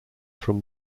from